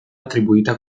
attribuita